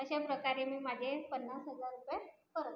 अशा प्रकारे मी माझे पन्नास हजार रुपये परत मिळवले